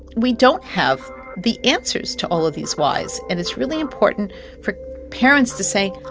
we don't have the answers to all of these whys. and it's really important for parents to say,